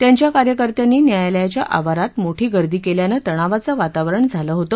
त्यांच्या कार्यकर्त्यांनी न्यायालयाच्या आवारात मोठी गर्दी केल्यानं तणावाचे वातावरण झाले होते